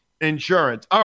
insurance